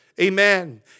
Amen